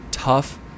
tough